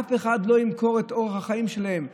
אף אחד לא ימכור את אורח החיים שלו.